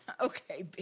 okay